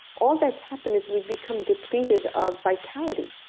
all that's happened is we've become depleted of vitality.